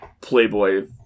playboy